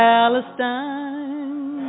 Palestine